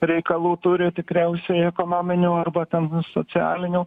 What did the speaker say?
reikalų turi tikriausiai ekonominių arba ten socialinių